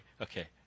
okay